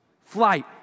Flight